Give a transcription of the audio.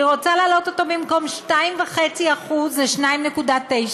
היא רוצה להעלות אותו כך שבמקום 2.5% יהיה 2.9,